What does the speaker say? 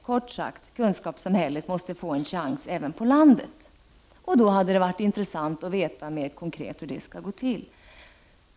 Kort sagt: kunskapssamhället måste få en chans även på landet.” Det hade varit intressant att få veta mer konkret hur det skall gå till.